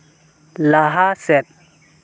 ᱞᱟᱦᱟ ᱥᱮᱫ